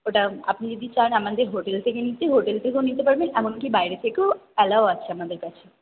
ওটা আপনি যদি চান আমাদের হোটেল থেকে নিতে হোটেল থেকেও নিতে পারবেন এমনকি বাইরে থেকেও অ্যালাও আছে আমাদের কাছে